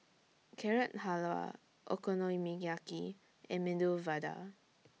Carrot Halwa Okonomiyaki and Medu Vada